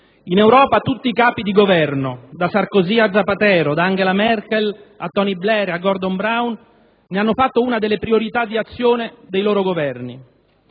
In Europa tutti i Capi di Governo - da Sarkozy a Zapatero, da Angela Merkel a Tony Blair e Gordon Brown - ne hanno fatto una delle priorità di azione dei loro Governi.